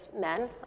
men